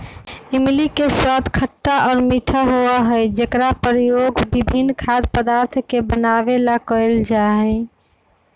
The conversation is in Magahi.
इमली के स्वाद खट्टा और मीठा होबा हई जेकरा प्रयोग विभिन्न खाद्य पदार्थ के बनावे ला कइल जाहई